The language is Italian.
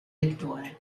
lettore